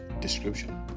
description